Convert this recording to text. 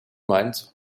mines